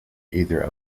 either